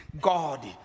God